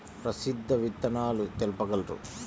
ప్రసిద్ధ విత్తనాలు తెలుపగలరు?